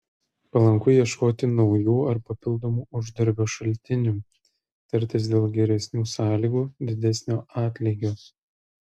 palanku ieškoti naujų ar papildomų uždarbio šaltinių tartis dėl geresnių sąlygų didesnio atlygio